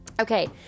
Okay